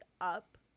up